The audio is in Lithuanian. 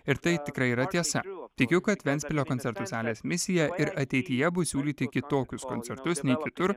ir tai tikrai yra tiesa tikiu kad ventspilio koncertų salės misija ir ateityje bus siūlyti kitokius koncertus nei kitur